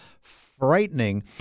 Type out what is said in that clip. frightening